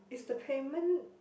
is the payment